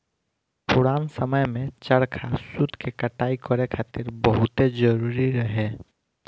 पुरान समय में चरखा सूत के कटाई करे खातिर बहुते जरुरी रहे